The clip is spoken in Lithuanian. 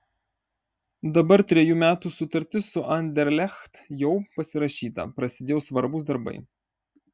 dabar trejų metų sutartis su anderlecht jau pasirašyta prasidėjo svarbūs darbai